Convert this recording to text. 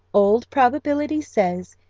old probability says,